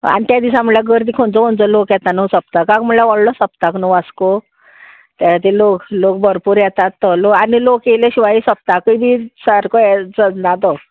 आनी त्या दिसा म्हळ्यार गर्दी खंयचो खंयचो लोक येता न्हू सप्तकाक म्हळ्यार व्हडलो सप्तक न्हू वास्को ते खाती लोक लोक भरपूर येतात तो लोक आनी लोक येयले शिवाय सप्ताकूय बी सारको ये चलना तो